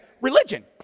Religion